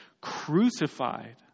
crucified